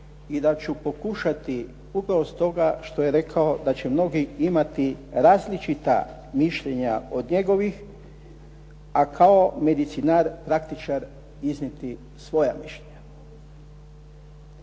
i da ću pokušati upravo stoga što je rekao da će mnogi imati različita mišljenja od njegovih, a kao medicinar praktičar iznijeti svoja mišljenja.